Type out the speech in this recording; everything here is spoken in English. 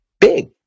big